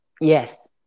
Yes